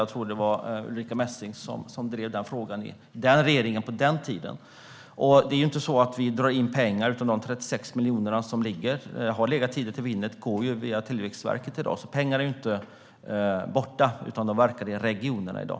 Jag tror att det var Ulrica Messing som drev den frågan i regeringen på den tiden. Det är inte så att vi drar in några pengar, utan de 36 miljoner som ligger och har legat till Winnet går i dag via Tillväxtverket. Pengarna är alltså inte borta, utan de verkar i regionerna i dag.